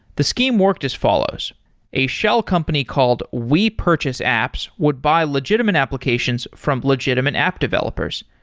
the scheme worked as follows a shell company called we purchase apps would buy legitimate applications from legitimate app developers.